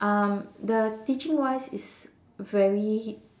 um the teaching wise is very